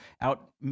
out